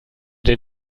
den